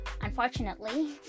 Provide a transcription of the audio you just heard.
Unfortunately